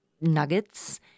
nuggets